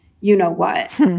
you-know-what